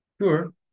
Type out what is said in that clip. sure